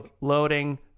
loading